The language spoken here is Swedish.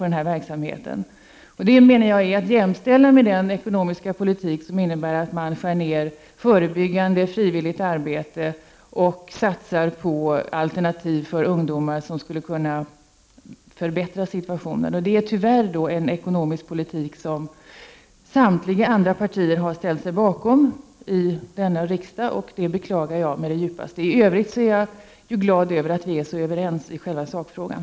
Detta skall jämställas med den ekonomiska politik som innebär att man skär ned frivilligt förebyggande arbete och sådana alternativ för ungdomar som skulle kunna förbättra situationen. Det är tyvärr en ekonomisk politik som samtliga andra partier har ställt sig bakom i denna riksdag, och det beklagar jag djupt. I övrigt är jag glad över att vi är så överens i själva sakfrågan.